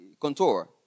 contour